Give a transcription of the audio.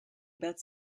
about